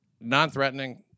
non-threatening